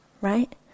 right